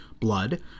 blood